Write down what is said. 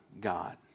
God